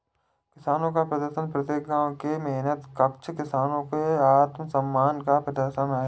किसानों का प्रदर्शन प्रत्येक गांव के मेहनतकश किसानों के आत्मसम्मान का प्रदर्शन है